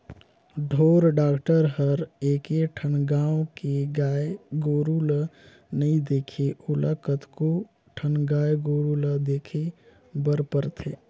ढोर डॉक्टर हर एके ठन गाँव के गाय गोरु ल नइ देखे ओला कतको ठन गाय गोरु ल देखे बर परथे